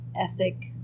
ethic